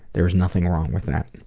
there's nothing wrong with that